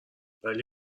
ولی